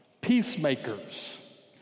Peacemakers